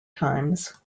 times